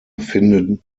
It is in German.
befinden